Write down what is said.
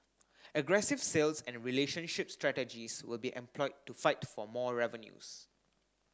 aggressive sales and relationship strategies will be employed to fight for more revenues